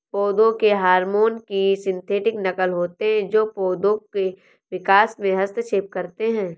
पौधों के हार्मोन की सिंथेटिक नक़ल होते है जो पोधो के विकास में हस्तक्षेप करते है